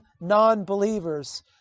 non-believers